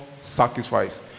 sacrifice